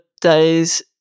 days